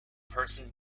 person